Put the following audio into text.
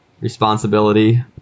responsibility